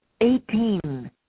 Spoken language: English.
Eighteen